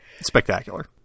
spectacular